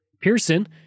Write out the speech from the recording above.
Pearson